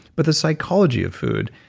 but the psychology of food.